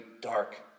dark